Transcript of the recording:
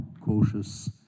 cautious